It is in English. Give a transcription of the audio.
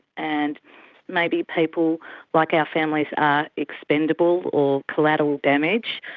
and maybe people like our families are expendable or collateral damage,